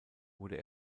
wurde